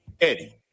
Eddie